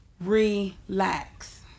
Relax